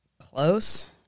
Close